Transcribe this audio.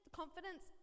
confidence